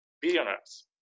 billionaires